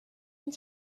and